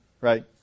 right